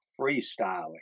freestyling